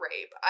rape